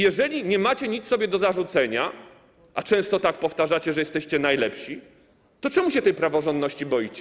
Jeżeli nie macie sobie nic do zarzucenia, a często tak powtarzacie, że jesteście najlepsi, to czemu się tej praworządności boicie?